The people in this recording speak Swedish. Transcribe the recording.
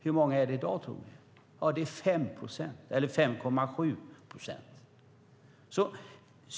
Hur många är det i dag, tror ni? Det är 5,7 procent.